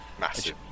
massive